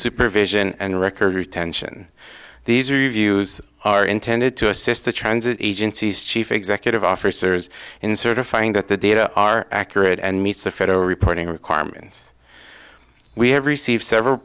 supervision and record retention these reviews are intended to assist the transit agencies chief executive officers in certifying that the data are accurate and meets the federal reporting requirements we have received several